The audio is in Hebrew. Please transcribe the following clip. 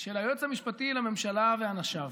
של היועץ המשפטי לממשלה ואנשיו.